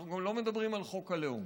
אנחנו גם לא מדברים על חוק הלאום,